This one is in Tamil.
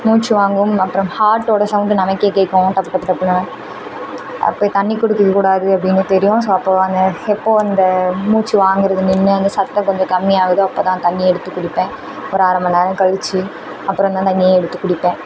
மூச்சு வாங்கும் அப்புறம் ஹார்ட் ஓட சவுண்ட்டு நமக்கே கேட்கும் பட்டு பட்டு பட்டுன்னு அப்போ தண்ணி குடிக்கக்கூடாது அப்படின்னு தெரியும் ஸோ அப்போது அங்கே எப்போது அந்த மூச்சு வாங்கிறது நின்று அந்த சத்தம் கொஞ்சம் கம்மியாகுதோ அப்போ தான் தண்ணி எடுத்து குடிப்பேன் ஒரு அரை மணி நேரம் கழித்து அப்புறந்தான் தண்ணியே எடுத்து குடிப்பேன்